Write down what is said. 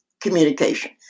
communication